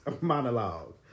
monologue